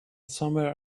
somewhere